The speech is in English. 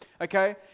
Okay